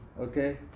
okay